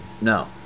No